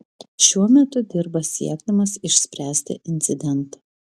šiuo metu dirba siekdamas išspręsti incidentą